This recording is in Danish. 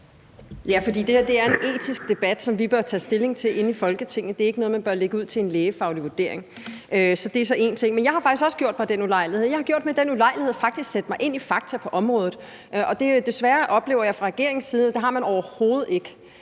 (DF): Det her er en etisk debat, som vi bør tage stilling til inde i Folketinget. Det er ikke noget, man bør lægge ud til en lægefaglig vurdering. Det er så én ting. Jeg har faktisk også gjort mig en ulejlighed. Jeg har gjort mig den ulejlighed faktisk at sætte mig ind i fakta på området. Desværre oplever jeg fra regeringens side, at det har man overhovedet ikke.